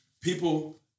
people